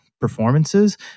performances